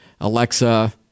Alexa